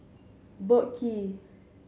Boat Quay